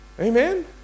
Amen